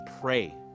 pray